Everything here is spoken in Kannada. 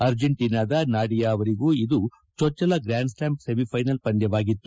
ಅರ್ಜೆಂಟೀನಾದ ನಾಡಿಯಾ ಅವರಿಗೂ ಇದು ಜೊಚ್ಚಲ ಗ್ರ್ಯಾನ್ ಸ್ಲ್ಯಾಮ್ ಸೆಮಿಫೈನಲ್ ಪಂದ್ಕವಾಗಿತ್ತು